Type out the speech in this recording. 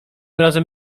razem